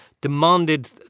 demanded